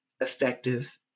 effective